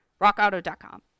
RockAuto.com